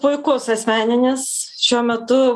puikus asmeninis šiuo metu